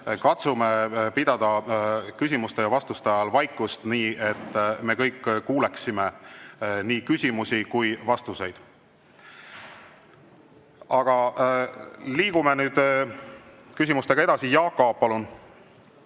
katsume pidada küsimuste ja vastuste ajal vaikust, nii et me kõik kuuleksime nii küsimusi kui vastuseid. Aga liigume nüüd küsimustega edasi. Jaak Aab, palun!